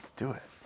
do it.